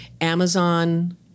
Amazon